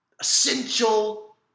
essential